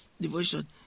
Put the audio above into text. devotion